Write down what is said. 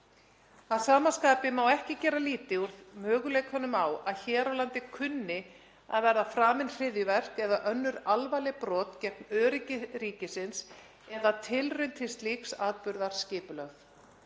Að sama skapi má ekki gera lítið úr möguleikanum á að hér á landi kunni að verða framin hryðjuverk eða önnur alvarleg brot gegn öryggi ríkisins eða tilraun til slíks atburðar skipulögð.